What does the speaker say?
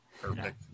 Perfect